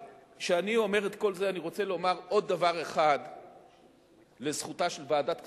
כשאני אומר את כל זה אני רוצה לומר עוד דבר אחד לזכותה של ועדת הכספים,